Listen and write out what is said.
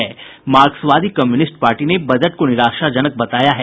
मार्क्सवादी communist party ने budget को निराशाजनक बताया है